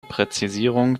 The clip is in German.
präzisierung